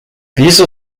wieso